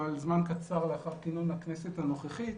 אבל זמן קצר לאחר כינון הכנסת הנוכחית,